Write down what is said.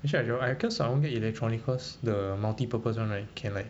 actually I right cause I want to get electronic because the multi purpose [one] right can like